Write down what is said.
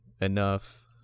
enough